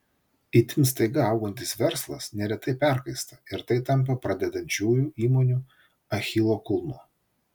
itin staiga augantis verslas neretai perkaista ir tai tampa pradedančiųjų įmonių achilo kulnu